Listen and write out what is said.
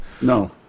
No